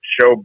Show